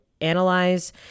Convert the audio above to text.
analyze